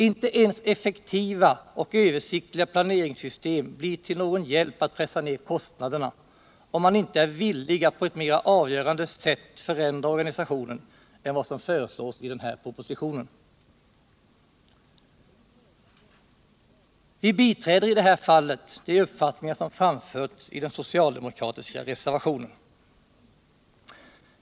Inte ens effektiva och översiktliga planeringssystem blir till någon hjälp att pressa ner kostnaderna, om man inte är villig att på ett mera avgörande sätt förändra organisationen än vad som föreslås i den här propositionen.” Vi biträder i det här fallet de uppfattningar som framförts i den socialdemokratiska reservationen.